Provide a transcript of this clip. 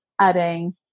adding